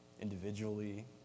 individually